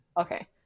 Okay